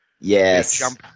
Yes